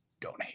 Donate